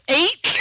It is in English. eight